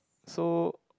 so